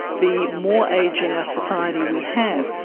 the more ageing a society we have,